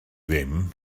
ddim